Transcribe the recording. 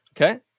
Okay